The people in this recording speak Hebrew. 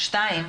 שנית,